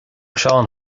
seán